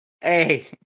Hey